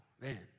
man